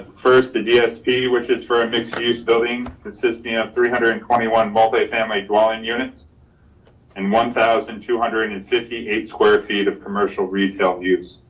first, the dsp, which is for a mixed use building that system three hundred and twenty one multifamily dwelling units and one thousand two hundred and and fifty eight square feet of commercial retail use.